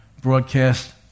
broadcast